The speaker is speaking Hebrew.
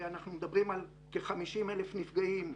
אנחנו מדברים על כ-50,000 נפגעים,